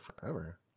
forever